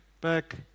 back